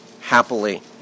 happily